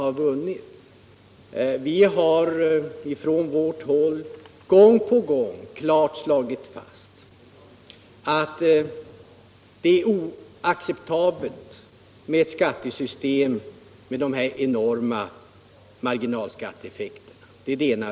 Från vårt håll har vi gång på gång slagit fast att ett skattesystem med de här enorma marginaleffekterna är oacceptabelt.